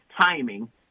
timing